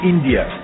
India